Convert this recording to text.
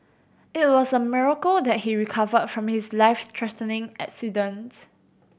it was a miracle that he recovered from his life threatening accident